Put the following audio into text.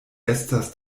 estas